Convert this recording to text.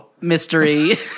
mystery